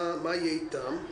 מה יהיה איתם?